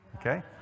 Okay